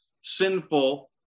sinful